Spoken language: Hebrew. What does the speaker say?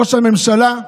ראש הממשלה,